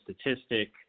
statistic